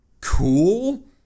cool